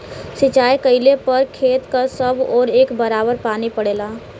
सिंचाई कइले पर खेत क सब ओर एक बराबर पानी पड़ेला